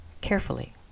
carefully